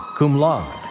cum laude.